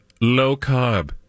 low-carb